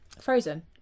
Frozen